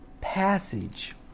passage